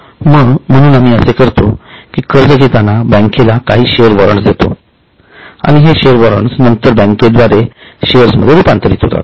म्हणून आम्ही असेकरू शकतोकि कर्ज घेताना बँकेला काही शेअर्स वॉरंट देतो आणि हे शेअर्स वॉरंट्स नंतर बँकेद्वारे शेअर्समध्ये रुपांतरित होतात